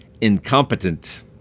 incompetent